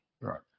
Right